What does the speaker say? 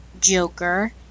Joker